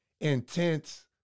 intense